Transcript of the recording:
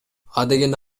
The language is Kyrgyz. адегенде